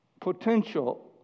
potential